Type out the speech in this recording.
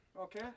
okay